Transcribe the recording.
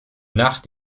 nacht